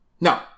No